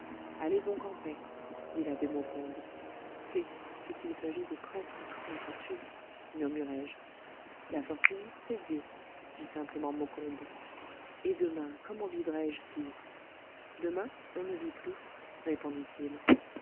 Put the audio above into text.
allez donc en paix dit l'abbé maucombe eh c'est qu'il s'agit de presque toute ma fortune murmurai-je la fortune c'est dieu dit simplement maucombe et demain comment vivrais-je si demain on ne vit plus répondit-il